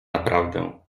naprawdę